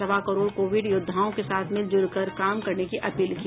सवा करोड़ कोविड योद्धाओं के साथ मिलजुल कर काम करने की अपील की